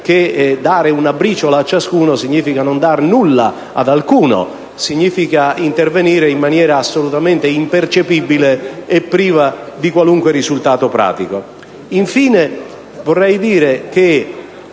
che dare una briciola ciascuno significa non dar nulla ad alcuno. Significa intervenire in maniera assolutamente impercettibile e priva di qualunque risultato pratico. Infine, vorrei dire,